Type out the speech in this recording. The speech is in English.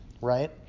right